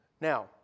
Now